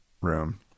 room